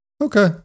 Okay